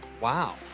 Wow